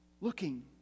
looking